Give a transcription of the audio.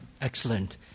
Excellent